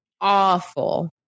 awful